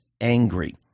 angry